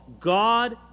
God